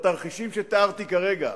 בתרחישים שתיארתי כרגע,